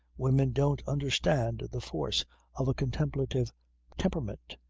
women don't understand the force of a contemplative temperament.